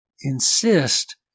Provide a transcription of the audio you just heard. insist